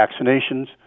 vaccinations